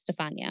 Stefania